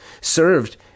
served